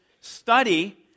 study